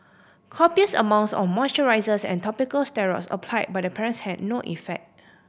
copious amounts of moisturisers and topical steroids apply by the parents had no effect